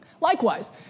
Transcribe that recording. Likewise